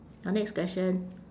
your next question